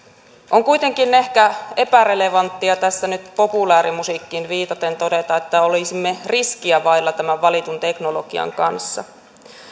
on kuitenkin ehkä epärelevanttia tässä nyt populäärimusiikkiin viitaten todeta että olisimme riskiä vailla tämän valitun teknologian kanssa